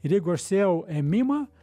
ir jeigu aš sėjau ėmimą